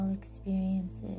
Experiences